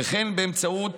וכן באמצעות